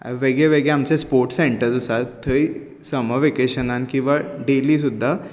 वेगळे वेगळे आमचे स्पोर्टस सेंटर्स आसात थंय समर वेकेशनान किंवां डेली सुद्दां